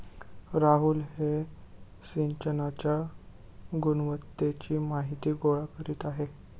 राहुल हे सिंचनाच्या गुणवत्तेची माहिती गोळा करीत आहेत